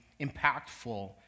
impactful